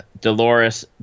Dolores